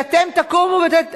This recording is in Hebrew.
שאתם תקומו, שאתם,